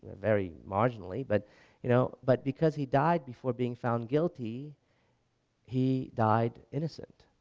very marginally but you know but because he died before being found guilty he died innocent.